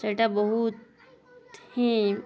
ସେଇଟା ବହୁତ ହିଁ